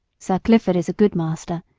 sir clifford is a good master,